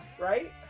Right